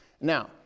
Now